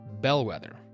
Bellwether